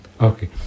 Okay